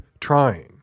trying